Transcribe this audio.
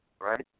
right